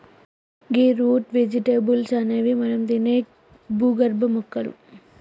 గీ root vegetables అనేవి మనం తినే భూగర్భ మొక్కలు